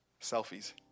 selfies